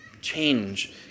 Change